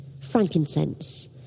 frankincense